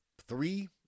three